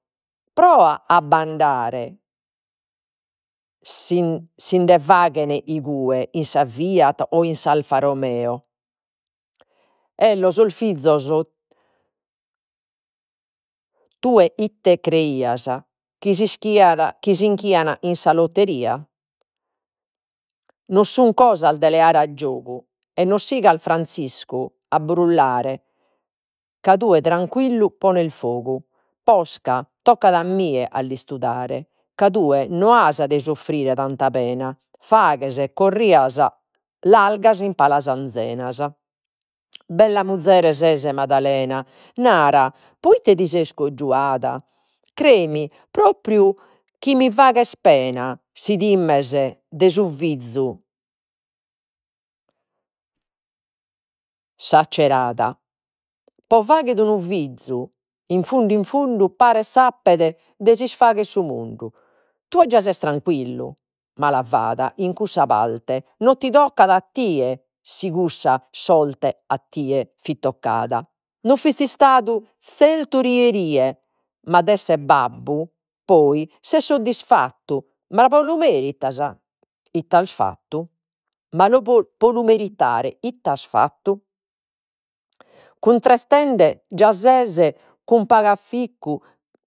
Proa a b'andare, si si nde faghen igue, in sa Fiat o in s'Alfa Romeo. 'Ello sos fizos tue ite creias chi si inchian in sa lotteria. Non sun cosas de leare a giogu e non sigas Franziscu a brullare ca tue tranquillu pones fogu posca toccat a mie a l'istudare, ca tue no as de suffrire tanta pena, faghes corrias largas in palas anzenas. Bella muzere ses Madalena. Nara, proite ti ses cojuada. Creemi propriu chi mi faghes pena, si times de su fizu accerada pro faghere unu fizu, in fundu in fundu, paret s'apet de si isfaghere su mundu. Tue già ses tranquillu, mala fada, in cussa parte no ti toccat a tie, si cussa sorte a tie fit toccada, no fisti istadu zertu rie rie, ma de essere babbu poi ses suddisfattu, ma pro lu it'qas fattu? Ma pro lu meritare ite as fattu. Cuntrestende già ses cun pagu afficcu